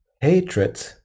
hatred